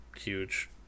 huge